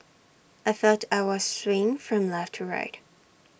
I felt I was swaying from left to right